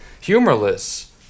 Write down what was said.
humorless